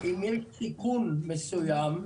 אם יש קלקול מסוים,